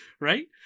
Right